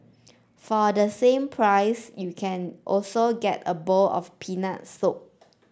for the same price you can also get a bowl of peanut soup